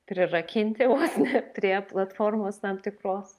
prirakinti vos ne prie platformos tam tikros